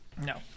No